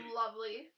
lovely